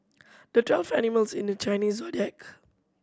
there twelve animals in the Chinese Zodiac